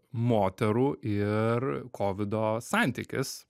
moterų ir kovido santykis